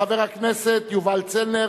חבר הכנסת יובל צלנר,